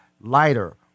Lighter